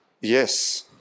yes